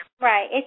Right